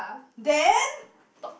then talk